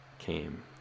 came